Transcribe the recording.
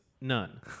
none